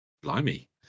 Blimey